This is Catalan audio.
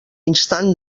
instant